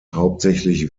hauptsächlich